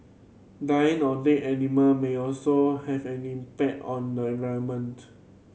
dying or dead animal may also have an impact on the environment